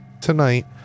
tonight